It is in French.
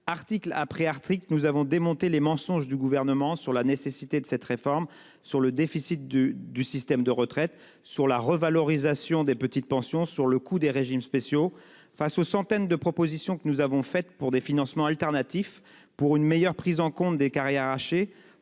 article après article nous avons démonté les mensonges du gouvernement sur la nécessité de cette réforme sur le déficit du du système de retraites sur la revalorisation des petites pensions sur le coût des régimes spéciaux face aux centaines de propositions que nous avons fait pour des financements alternatifs pour une meilleure prise en compte des carrières hachées.